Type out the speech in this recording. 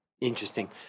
Interesting